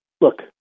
look